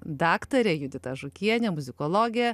daktarė judita žukienė muzikologė